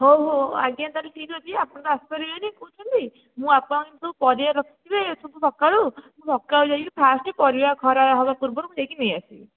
ହେଉ ହେଉ ଆଜ୍ଞା ତା ହେଲେ ଠିକ ଅଛି ଆପଣ ତ ଆସିପାରିବେନି କହୁଛନ୍ତି ମୁଁ ଆପଣ କିନ୍ତୁ ପରିବା ରଖିଥିବେ ସବୁ ସକାଳୁ ମୁଁ ସକାଳୁ ଯାଇକରି ଫାଷ୍ଟ ପରିବା ଖରା ହେବା ପୂର୍ବରୁ ମୁଁ ଯାଇକି ନେଇଆସିବି